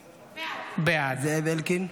בעד זאב אלקין,